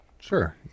Sure